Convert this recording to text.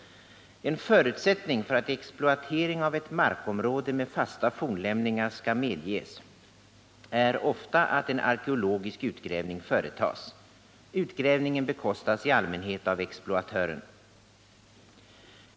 En förutsättning för att exploatering av ett markområde med fasta fornlämningar skall medges är ofta att en arkeologisk utgrävning företas. Utgrävningen bekostas i allmänhet av exploatören.